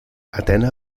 atena